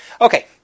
Okay